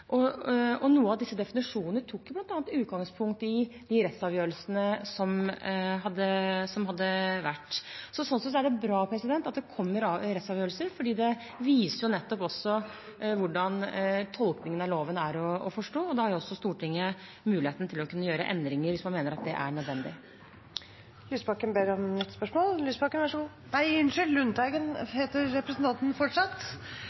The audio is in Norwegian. av disse definisjonene tok bl.a. utgangspunkt i de rettsavgjørelsene som var fattet. Slik sett er det bra at det kommer rettsavgjørelser, for det viser hvordan tolkningen av loven er å forstå, og da har også Stortinget mulighet til å kunne gjøre endringer hvis man mener det er nødvendig.